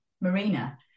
Marina